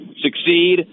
succeed